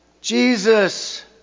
Jesus